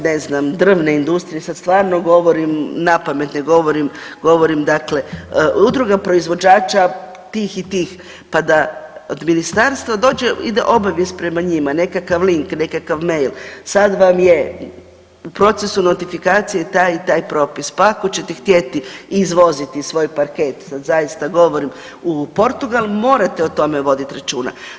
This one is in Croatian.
Udruga na znam drvne industrije sad stvarno govorim napamet, ne govorim, govorim dakle udruga proizvođača tih i tih pa da od ministarstva dođe obavijest prema njima, nekakav link, nekakav mail, sad vam je u procesu notifikacije taj i taj propis pa ako ćete htjeti izvoziti svoj parket, sad zaista govorim u Portugal morate o tome voditi računa.